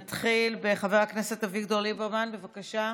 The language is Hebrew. נתחיל בחבר הכנסת אביגדור ליברמן, בבקשה,